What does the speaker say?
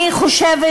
אני חושבת,